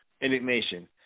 Indignation